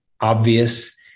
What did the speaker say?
obvious